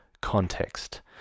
context